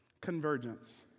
convergence